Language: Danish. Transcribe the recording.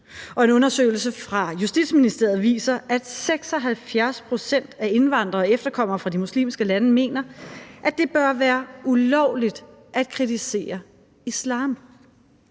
en undersøgelse fra Justitsministeriet viser, at 76 pct. af indvandrere og efterkommere fra de muslimske lande mener, at det bør være ulovligt at kritisere islam.